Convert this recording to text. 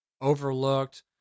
overlooked